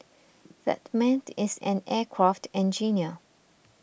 that man is an aircraft engineer